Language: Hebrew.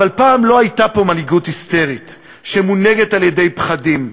אבל פעם לא הייתה פה מנהיגות היסטרית שמונהגת על-ידי פחדים.